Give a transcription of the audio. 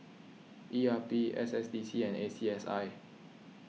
E R P S S D C and A C S I